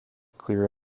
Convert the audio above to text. clear